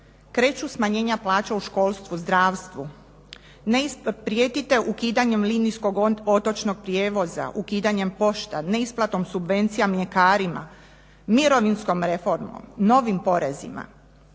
kreću smanjenja plaća u školstvu, zdravstvu. Prijetite ukidanjem linijskog otočnog prijevoza, ukidanjem pošte, neisplatom subvencija mljekarima, mirovinskom reformom, novim porezima.